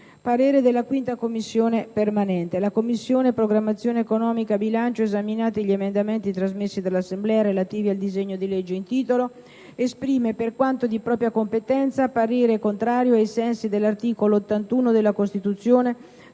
parere non ostativo». «La Commissione programmazione economica, bilancio, esaminati gli emendamenti trasmessi dall'Assemblea, relativi al disegno di legge in titolo, esprime, per quanto di propria competenza, parere contrario, ai sensi dell'articolo 81 della Costituzione,